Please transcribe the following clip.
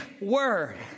Word